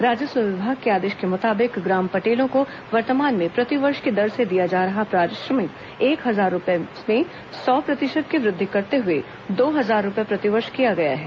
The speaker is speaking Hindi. राजस्व विभाग के आदेश के मुताबिक ग्राम पटेलों को वर्तमान में प्रति वर्ष की दर से दिया जा रहा पारिश्रमिक एक हजार रूपये में सौ प्रतिशत की वृद्धि करते हुए दो हजार रूपये प्रति वर्ष किया गया है